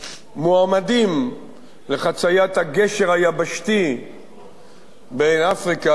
לחציית הגשר היבשתי בין אפריקה לבין ישראל,